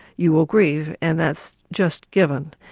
you will grieve, and that's just given.